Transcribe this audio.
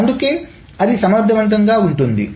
అందుకే అది సమర్థవంతంగా ఉంటుంది